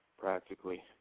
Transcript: practically